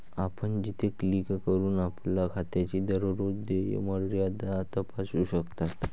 आपण येथे क्लिक करून आपल्या खात्याची दररोज देय मर्यादा तपासू शकता